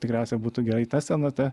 tikriausia būtų gerai ta scena ta